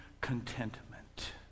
contentment